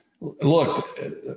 Look